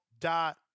Dot